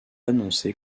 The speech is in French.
annoncé